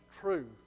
true